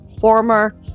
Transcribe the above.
former